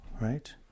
right